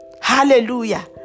Hallelujah